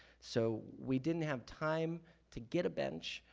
so we didn't have time to get a bench,